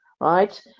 right